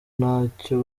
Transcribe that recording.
ntacyo